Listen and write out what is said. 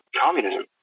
communism